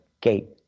gate